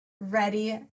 ready